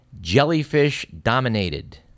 jellyfish-dominated